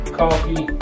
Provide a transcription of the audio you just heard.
coffee